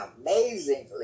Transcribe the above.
amazingly